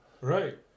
right